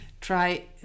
Try